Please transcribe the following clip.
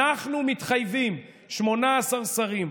אנחנו מתחייבים: 18 שרים,